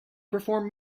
perform